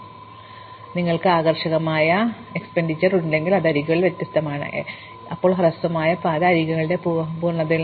ഇപ്പോൾ പൊതുവേ നിങ്ങൾക്ക് കാണാം നിങ്ങൾക്ക് ആകർഷകമായ ചിലവ് ഇല്ലെങ്കിൽ ഞങ്ങൾക്ക് അരികുകളിൽ വ്യത്യസ്ത വിലയുണ്ട് അപ്പോൾ ഹ്രസ്വമായ പാത അരികുകളുടെ എണ്ണത്തിൽ നിന്ന് ഹ്രസ്വമായിരിക്കണമെന്നില്ല